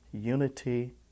unity